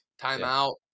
Timeout